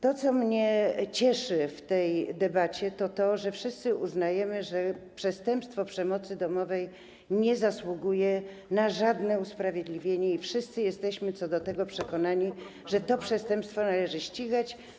To, co mnie cieszy w tej debacie, to to, że wszyscy uznajemy, że przestępstwo przemocy domowej nie zasługuje na żadne usprawiedliwienie, i wszyscy jesteśmy przekonani co do tego, że to przestępstwo należy ścigać.